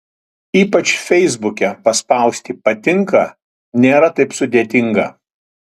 ypač feisbuke paspausti patinka nėra taip sudėtinga